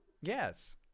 Yes